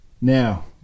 Now